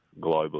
globally